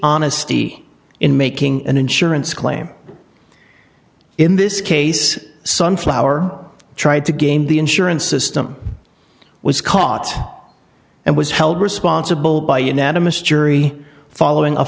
honesty in making an insurance claim in this case sunflower tried to game the insurance system was caught and was held responsible by unanimous jury following a